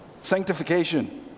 Sanctification